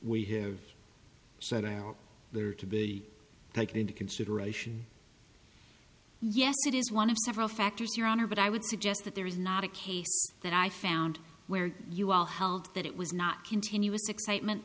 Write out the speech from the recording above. we have set out there to be taken into consideration yes it is one of several factors your honor but i would suggest that there is not a case that i found where you all held that it was not continuous excitement